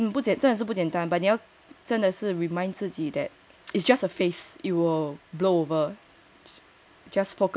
and 真是不简单 beneath 真的是 remind 自己 that it's just a phase it will blow over